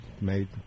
made